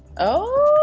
ohhh!